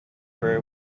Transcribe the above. very